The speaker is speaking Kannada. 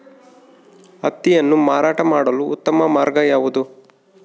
ಹತ್ತಿಯನ್ನು ಮಾರಾಟ ಮಾಡಲು ಉತ್ತಮ ಮಾರ್ಗ ಯಾವುದು?